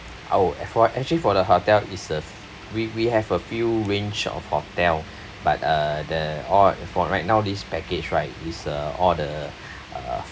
I would for actually for the hotel it's uh we we have a few range of hotel but uh the all for right now this package right it's uh all the uh